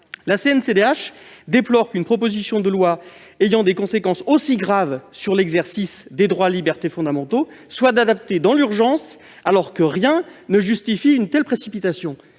« déplore qu'une proposition de loi ayant des conséquences aussi graves sur l'exercice des droits et libertés fondamentaux soit adoptée dans l'urgence, alors que rien ne justifie une telle précipitation